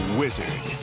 wizard